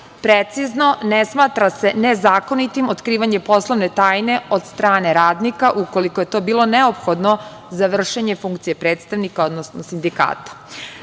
Precizno, ne smatra se nezakonitim otkrivanje poslovne tajne od strane radnika ukoliko je to bilo neophodno za vršenje funkcije predstavnika, odnosno sindikata. Zbog